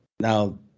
now